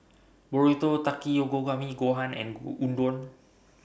Burrito Takikomi Gohan and Udon